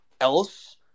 else